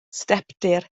stepdir